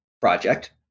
project